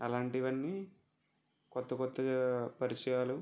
అలాంటివన్నీ కొత్త కొత్తగా పరిచయాలు